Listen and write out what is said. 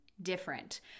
different